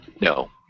No